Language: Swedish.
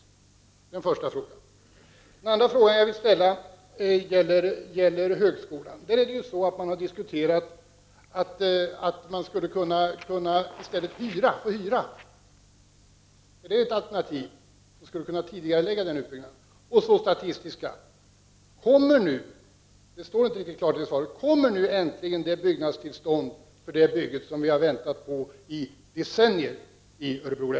Den andra fråga som jag vill ställa gäller högskolan. Man diskuterar att man i stället skulle kunna hyra. Är det ett alternativ, som skulle kunna tidigarelägga den utbyggnaden? En tredje fråga gäller statistiska centralbyrån. Kommer nu — det står inte riktigt klart i svaret — äntligen det byggnadstillstånd för detta bygge som vi har väntat på i decennier i Örebro län?